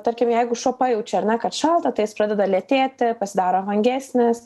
tarkim jeigu šuo pajaučia ar ne kad šalta tai jis pradeda lėtėti pasidaro vangesnis